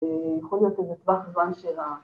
אה... ‫יכול להיות איזה טווח זמן של ה...